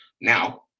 Now